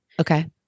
Okay